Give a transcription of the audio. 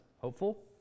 hopeful